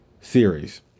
series